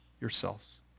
yourselves